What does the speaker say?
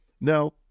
Now